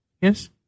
yes